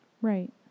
Right